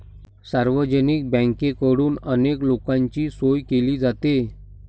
सार्वजनिक बँकेकडून अनेक लोकांची सोय केली जाते